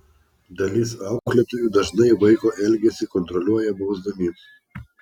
dalis auklėtojų dažnai vaiko elgesį kontroliuoja bausdami